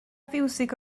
fiwsig